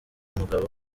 umugabo